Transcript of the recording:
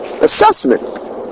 assessment